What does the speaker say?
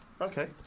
Okay